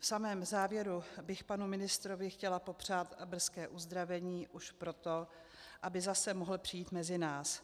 V samém závěru bych panu ministrovi chtěla popřát brzké uzdravení, už proto, aby zase mohl přijít mezi nás.